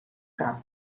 cap